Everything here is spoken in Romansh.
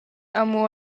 amo